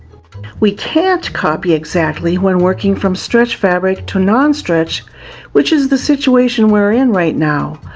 we can't copy exactly when working from stretch fabric to non stretch which is the situation we're in right now.